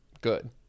good